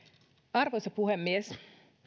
arvoisa puhemies